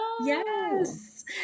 Yes